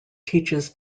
teaches